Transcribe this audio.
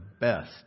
best